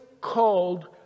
called